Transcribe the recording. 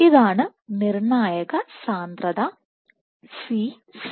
ഇതാണ് നിർണ്ണായക സാന്ദ്രത Cc